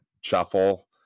shuffle